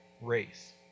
race